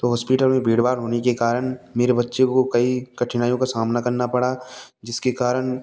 तो हॉस्पिटल में भीड़ भाड़ होने के कारण मेरे बच्चे को कई कठिनाइयों का सामना करना पड़ा जिसके कारण